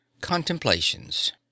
Contemplations